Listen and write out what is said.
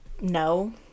no